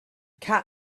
cat